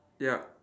ya